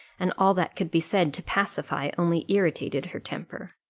and all that could be said to pacify only irritated her temper.